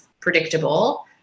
predictable